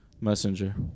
Messenger